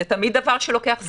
זה תמיד דבר שלוקח זמן.